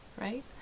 right